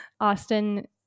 Austin